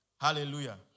Hallelujah